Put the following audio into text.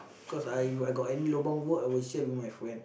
cause I I got any Lobang work I would share with my friend